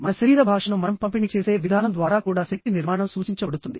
మన శరీర భాషను మనం పంపిణీ చేసే విధానం ద్వారా కూడా శక్తి నిర్మాణం సూచించబడుతుంది